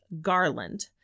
garland